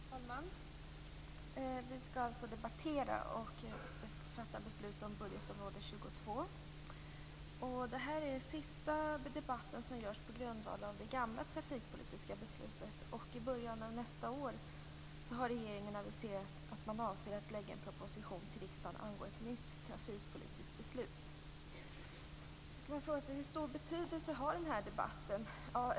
Fru talman! Vi skall alltså debattera och fatta beslut om budgetområde 22. Det här är den sista debatten som förs på grundval av det gamla trafikpolitiska beslutet. I början av nästa år har regeringen aviserat att man avser att lägga fram en proposition till riksdagen angående ett nytt trafikpolitiskt beslut. Man kan fråga sig hur stor betydelse den här debatten har.